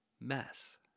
mess